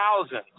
Thousands